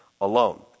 alone